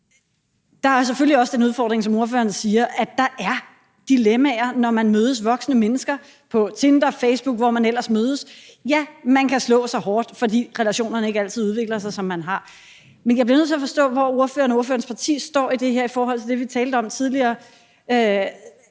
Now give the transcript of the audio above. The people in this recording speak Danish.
Der er selvfølgelig også den udfordring, som ordføreren siger, nemlig at der er et dilemma, når voksne mennesker mødes på Tinder, Facebook, og hvor man ellers mødes. Ja, man kan slå sig hårdt, fordi relationerne ikke altid udvikler sig, som man har tænkt sig. Men jeg bliver nødt til at forstå, hvor ordføreren og ordførerens parti står i det her i forhold til det, vi talte om tidligere.